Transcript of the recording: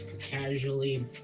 casually